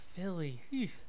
Philly